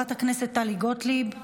חברת הכנסת טלי גוטליב?